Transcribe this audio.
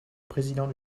président